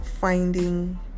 finding